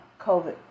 COVID